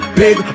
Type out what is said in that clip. big